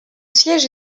siège